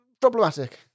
problematic